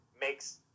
makes